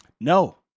No